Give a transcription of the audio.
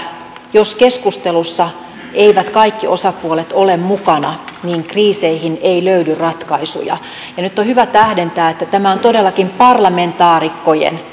jos keskustelussa eivät kaikki osapuolet ole mukana niin kriiseihin ei löydy ratkaisuja ja nyt on hyvä tähdentää että tämä on todellakin parlamentaarikkojen